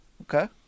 Okay